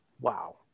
Wow